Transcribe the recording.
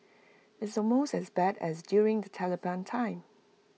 it's almost as bad as during the Taliban time